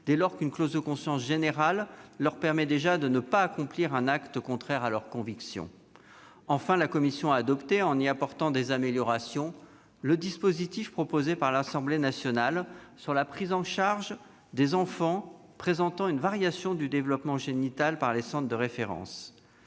dès lors qu'une clause de conscience générale leur permet déjà de ne pas accomplir un acte contraire à leurs convictions. Enfin, la commission spéciale a adopté, en y apportant des améliorations, le dispositif proposé par l'Assemblée nationale sur la prise en charge des enfants présentant une variation du développement génital par les centres de référence.